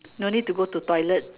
no need to go to toilet